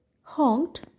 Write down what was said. honked